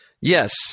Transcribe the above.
yes